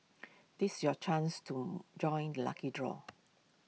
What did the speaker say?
this your chance to join lucky draw